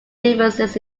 differences